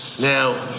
Now